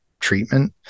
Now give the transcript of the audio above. treatment